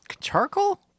charcoal